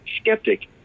skeptic